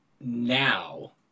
now